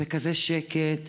בכזה שקט.